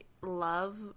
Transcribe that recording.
love